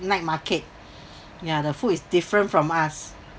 night market ya the food is different from us